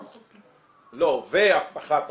לא, והבטחת הכנסה.